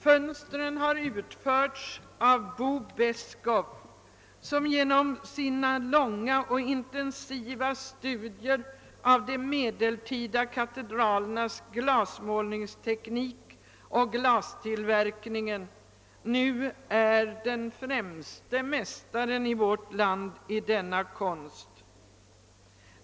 Fönstren har utförts av Bo Beskow, som genom sina långa och intensiva studier av de medeltida katedralernas glasmålningsteknik och = glastillverkningen nu har blivit den främste mästaren i vårt land i denna konst.